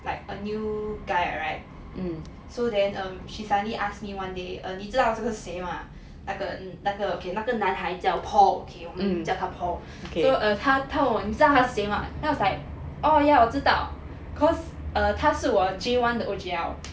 like a new guide right so then she suddenly ask me one day err 你知道这个是谁吗那个那个 okay 那个男孩叫 paul okay 我们叫他 paul so err 她问我你你知道他是谁吗 then I was like oh yeah 我知道 cause err 他是我 J one the O_G_L